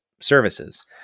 services